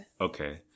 Okay